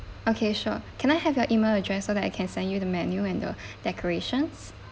okay sure can I have your email address so that I can send you the menu and the decorations